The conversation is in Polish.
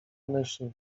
myśl